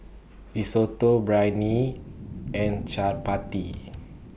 Risotto Biryani and Chaat Pati